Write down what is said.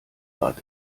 grad